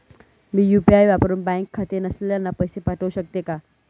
मी UPI वापरुन bank खाते नसलेल्यांना पैसे पाठवू शकते का?